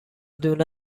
دونه